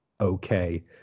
okay